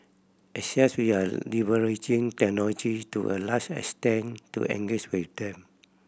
as we are leveraging technology to a large extent to engage with them